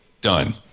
done